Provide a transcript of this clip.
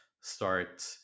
start